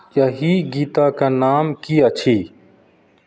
एहि गीतक नाम की अछि